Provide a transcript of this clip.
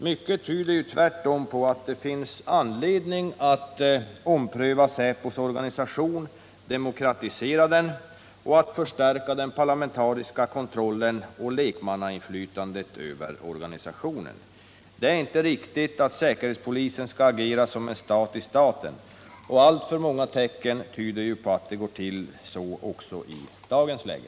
Mycket tyder tvärtom på att det finns anledning att ompröva säpos organisation, att demokratisera den och att förstärka den parlamentariska kontrollen och lekmannainflytandet över organisationen. Det är inte riktigt att säkerhetspolisen skall agera som en stat i staten, och alltför många tecken tyder på att det går till så också i dagens läge.